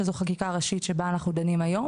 שזו חקיקה ראשית שבה אנחנו דנים היום,